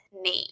name